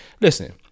listen